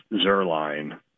Zerline